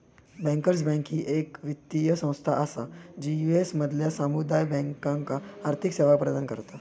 bankers bank ही येक वित्तीय संस्था असा जी यू.एस मधल्या समुदाय बँकांका आर्थिक सेवा प्रदान करता